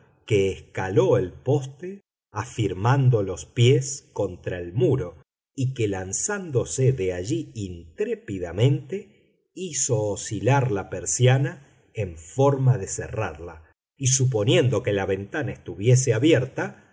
que escaló el poste afirmando los pies contra el muro y que lanzándose de allí intrépidamente hizo oscilar la persiana en forma de cerrarla y suponiendo que la ventana estuviese abierta